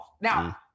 now